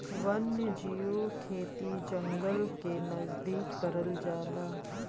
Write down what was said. वन्यजीव खेती जंगल के नजदीक करल जाला